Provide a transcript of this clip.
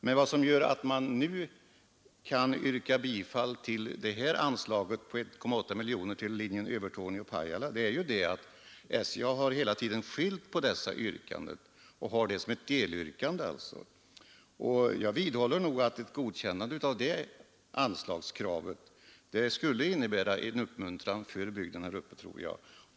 Men vad som gör att man nu kan yrka bifall till anslaget på 1,8 miljoner till linjen Övertorneå—Pajala är ju att SJ hela tiden har skilt ut detta yrkande och har det som ett delyrkande. Jag vidhåller att ett godkännande av det anslagskravet skulle innebära en uppmuntran för bygden där uppe.